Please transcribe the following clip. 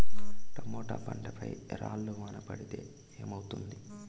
Tomato పంట పై రాళ్లు వాన పడితే ఏమవుతుంది?